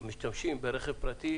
מספר המשתמשים ברכב פרטי